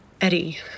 Eddie